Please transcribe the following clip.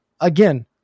Again